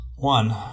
One